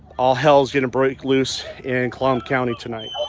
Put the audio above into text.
all hell's gonna break loose in cologne county tonight